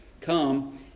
come